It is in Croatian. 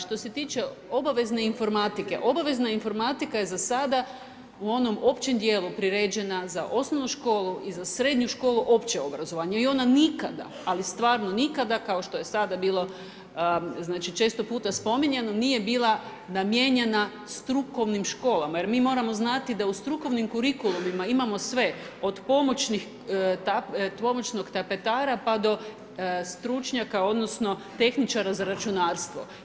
Što se tiče obavezne informatike, obavezna informatika je za sada u onom općem djelu priređena za osnovnu školu i za srednju školu opće obrazovanje i ona nikada, ali stvarno nikada kao što je sada bilo znači često puta spominjano, nije bila namijenjena strukovnim školama jer mi moramo znati da u strukovnim kurikulumima, imamo sve od pomoćnog tapetara pa do stručnjaka, odnosno tehničara za računarstvo.